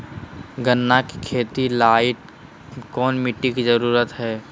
गन्ने की खेती के लाइट कौन मिट्टी की जरूरत है?